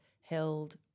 held